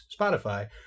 Spotify